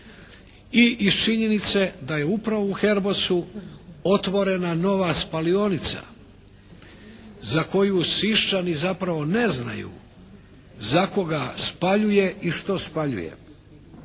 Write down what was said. i iz činjenice da je upravo u "Herbosu" otvorena nova spalionica za koju Sisčani zapravo ne znaju za koga spaljuje i što spaljuje.